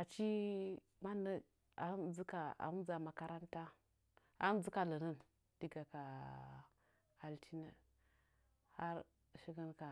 Achi manə ahin mɨ dzɨ ka a hɨn mɨ dzɨ a makaranta a hɨn mɨ dzɨ ka lənən daga ka altine shikɨn ka